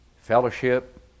Fellowship